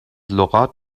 لغات